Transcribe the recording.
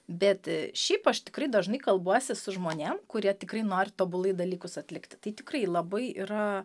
bet šiaip aš tikrai dažnai kalbuosi su žmonėm kurie tikrai nori tobulai dalykus atlikti tai tikrai labai yra